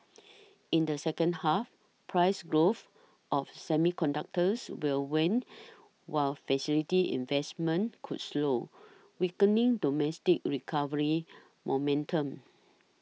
in the second half price growth of semiconductors will wane while facility investments could slow weakening domestic recovery momentum